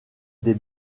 des